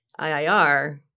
IIR